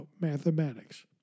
mathematics